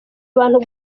abantu